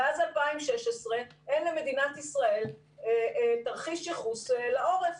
מאז 2016 אין למדינת ישראל תרחיש ייחוס לעורף.